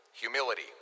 humility